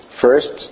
First